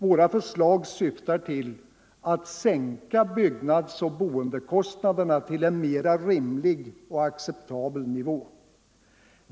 Våra förslag syftar till att sänka byggnadsoch boendekostnaderna till en mera rimlig och acceptabel nivå.